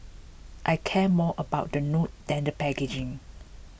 I care more about the note than the packaging